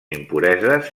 impureses